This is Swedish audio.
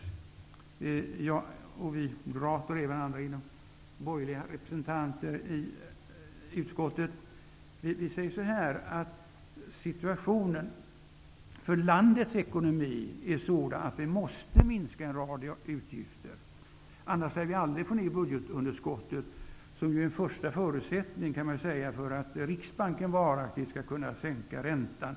Vi moderater, och även andra borgerliga representanter i utskottet, anser att situationen för landets ekonomi är sådan att vi måste minska en rad utgifter. Annars lär vi aldrig få ned budgetunderskottet. Det är en första förutsättning för att Riksbanken varaktigt skall kunna sänka räntan.